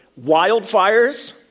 wildfires